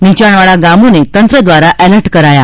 નીચાણવાળા ગામોને તંત્ર દ્વારા એલર્ટ કરાયા